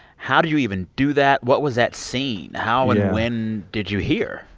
how do you even do that? what was that scene? how and when did you hear?